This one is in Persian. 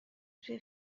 توی